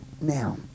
Now